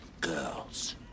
girls